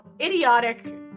idiotic